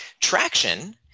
Traction